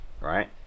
right